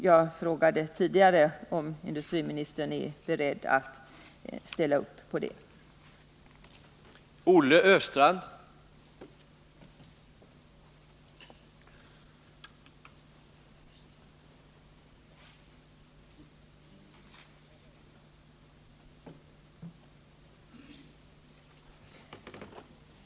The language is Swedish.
Jag frågade tidigare om industriministern är beredd att ställa upp på det, och jag upprepar den frågan.